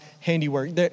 handiwork